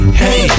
hey